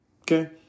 Okay